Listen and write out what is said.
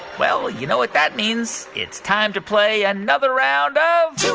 well, you know what that means. it's time to play another round of. two